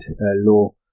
law